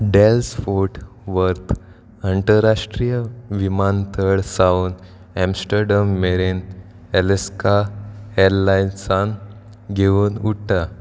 Dallas Fort Worth अंतराष्ट्रीय विमानतळ सावन एमस्टरडम मेरेन एलेस्का एअरलायन्सान घेवन उडटा